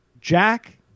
Jack